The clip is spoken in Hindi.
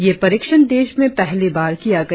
यह परीक्षण देश में पहली बार किया गया